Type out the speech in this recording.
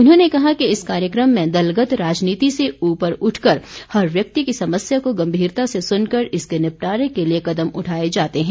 उन्होंने कहा कि इस कार्यक्रम में दलगत राजनीति से ऊपर उठकर हर व्यक्ति की समस्या को गम्भीरता से सुनकर इसके निपटारे के लिए कदम उठाए जाते हैं